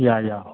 या या